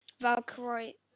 valkyrie